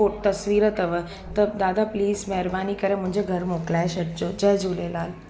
fort तस्वीर अथव त दादा प्लीज़ महिरबानी करे मुंहिंजे घरु मोकिलाए छॾिजो जय झूलेलाल